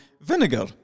VINEGAR